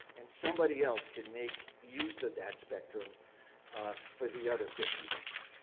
and somebody else could make use of that spectrum for the other fifty weeks.